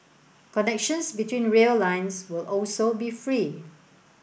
connections between rail lines will also be free